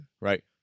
Right